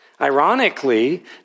Ironically